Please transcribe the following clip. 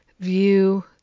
view